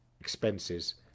expenses